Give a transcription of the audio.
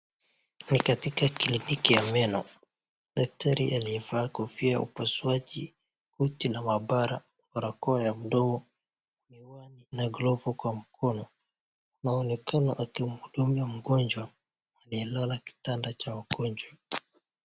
Ni katika kliniki ya meno, daktari aliyevaa kofia ya upasuaji, uti na mabara, barakoa ya mdomo na glovu kwa mkono, anaonekana akimhudumia mgonjwa aliye lala kitanda cha wagonjwa.